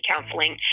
Counseling